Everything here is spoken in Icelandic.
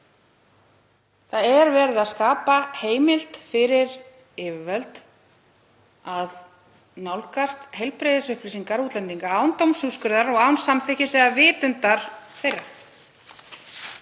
Það er verið að skapa heimild fyrir yfirvöld til að nálgast heilbrigðisupplýsingar útlendinga án dómsúrskurðar og án samþykkis eða vitundar þeirra.